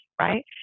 right